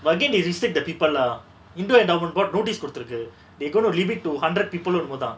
but again they restrict the people lah into and government board notice குடுத்திருக்கு:kuduthiruku they gonna limit to hundred people என்னமோதா:ennamotha